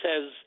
says